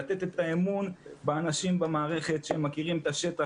לתת את האמון באנשים במערכת שהם מכירים את השטח,